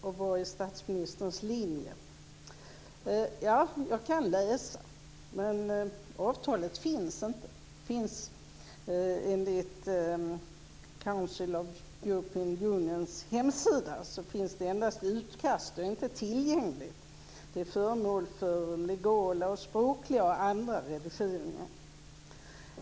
Och vilken är statsministerns linje? Jag kan läsa. Men avtalet finns inte. Enligt Council av European Unions hemsida finns det endast ett utkast som inte är tillgängligt. Det är föremål för legala, språkliga och andra redigeringar.